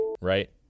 right